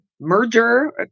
merger